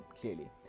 clearly